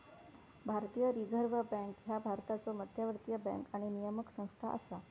भारतीय reserve bank ह्या भारताचो मध्यवर्ती बँक आणि नियामक संस्था असा